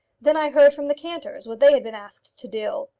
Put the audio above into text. then i heard from the cantors what they had been asked to do.